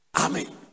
amen